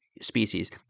species